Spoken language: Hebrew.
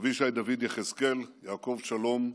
אבישי דוד יחזקאל, יעקב שלום,